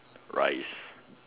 rice